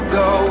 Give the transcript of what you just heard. go